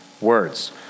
Words